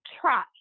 try